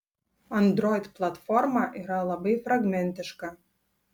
android platforma yra labai fragmentiška